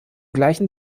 gleichen